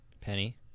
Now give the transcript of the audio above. Penny